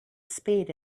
spade